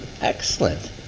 excellent